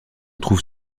trouve